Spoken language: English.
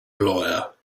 lawyer